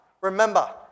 remember